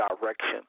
direction